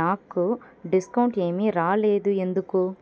నాకు డిస్కౌంట్ ఏమీ రాలేదు ఎందుకు